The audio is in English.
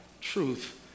truth